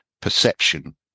perception